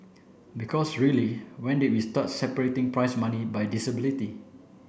because really when did we start separating prize money by disability